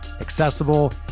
accessible